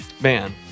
Man